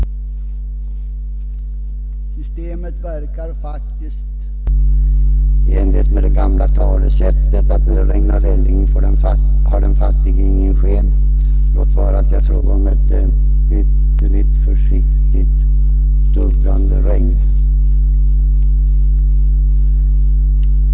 Systemet verkar faktiskt i enlighet med det gamla talesättet så, att när det regnar välling har den fattige ingen sked — låt vara att det är fråga om ett ytterligt försiktigt duggande regn.